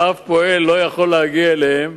שאף פועל לא יכול להגיע אליהם.